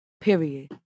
Period